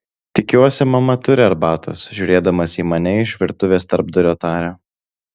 tikiuosi mama turi arbatos žiūrėdamas į mane iš virtuvės tarpdurio taria